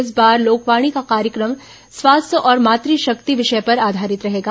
इस बार लोकवाणी का कार्यक्रम स्वास्थ्य और मात शक्ति विषय पर आधारित रहेगा